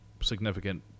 significant